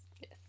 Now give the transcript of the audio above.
Yes